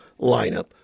lineup